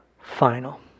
final